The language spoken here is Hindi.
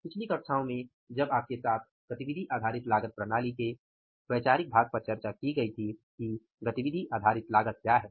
पिछली कक्षाओं में जब आपके साथ एबीसी के वैचारिक भाग पर चर्चा की थी कि गतिविधि आधारित लागत क्या है